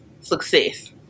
success